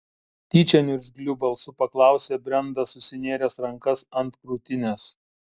tyčia niurgzliu balsu paklausė brendas susinėręs rankas ant krūtinės